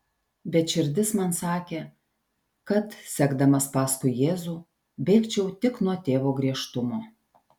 bet širdis man sakė kad sekdamas paskui jėzų bėgčiau tik nuo tėvo griežtumo